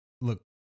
look